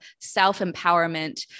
self-empowerment